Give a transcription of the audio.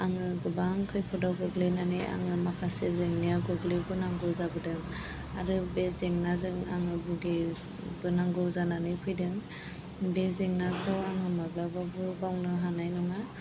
आङो गोबां खैफोदाव गोग्लैनानै आङो माखासे जेंनायाव गोग्लैबोनांगौ जाबोदों आरो बे जेंनाजों आङो भुगिबोनांगौ जानानै फैदों बे जेंनाखौ आङो माब्लाबाबो बावनो हानाय नङा